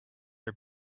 are